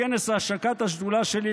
בכנס השקת השדולה שלי,